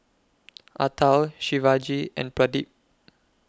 Atal Shivaji and Pradip